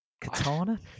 Katana